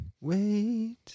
Wait